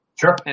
Sure